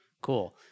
cool